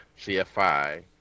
CFI